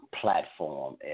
platform